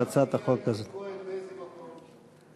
ריקי כהן באיזה מקום?